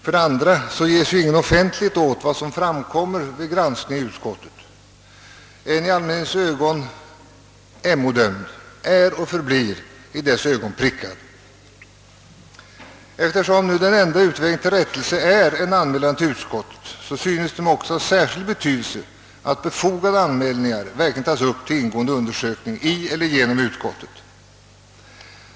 För det andra ges ju ingen offentlighet åt vad som framkommit vid granskningen i utskot tet. En i allmänhetens ögon »MO-dömd» är och förblir i dess ögon »prickad». Eftersom den enda utvägen till rättelse är en anmälan till utskottet, synes det mig också av särskild betydelse att befogade anmälningar verkligen tas upp till ingående undersökning i eller genom utskottet.